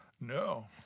No